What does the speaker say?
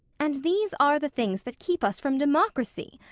and these are the things that keep us from democracy,